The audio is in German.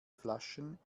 flaschen